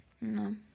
No